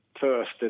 first